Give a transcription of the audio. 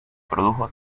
produjo